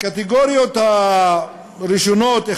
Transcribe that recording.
הקטגוריות הראשונות,